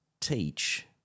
teach